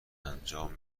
انجام